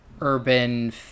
urban